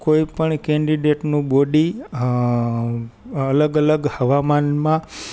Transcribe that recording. કોઈ પણ કેન્ટીડેટનું બોડી હ અલગ અલગ હવામાનમાં